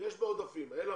יש בעודפים אלא